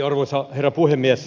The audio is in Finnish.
arvoisa herra puhemies